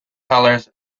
tellers